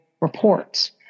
reports